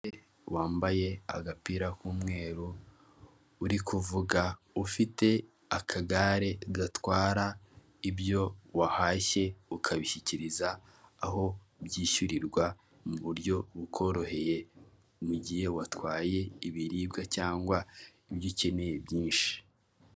Umugabo wambaye ingofero y'ubururu amadarubindi, uri guseka wambaye umupira wumweru ndetse ufite mudasobwa mu ntoki ze. Ari ku gapapuro k'ubururu kandidikishijweho amagambo yumweru ndetse n'ayumuhondo yanditswe mu kirimi cyamahanga cyicyongereza.